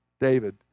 David